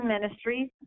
Ministries